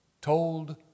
told